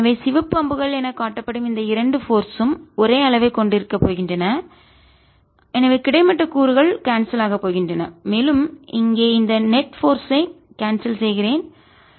எனவே சிவப்பு அம்புகள் எனக் காட்டப்படும் இந்த இரண்டு போர்ஸ் ம் சக்திகளும் ஒரே அளவைக் கொண்டு இருக்கப் போகின்றன எனவே கிடைமட்ட கூறுகள் கான்செல் ஆகப் போகின்றன மேலும் நிகர விசை இங்கே இந்த நெட் போர்ஸ் ஐ நிகர சக்தியைநான் கான்செல்செய்கிறேன் அழிக்கிறேன்